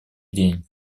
день